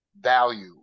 value